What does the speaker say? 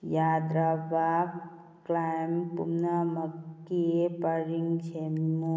ꯌꯥꯗ꯭ꯔꯕ ꯀ꯭ꯂꯥꯏꯝ ꯄꯨꯝꯅꯃꯛꯀꯤ ꯄꯔꯤꯡ ꯁꯦꯝꯎ